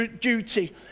duty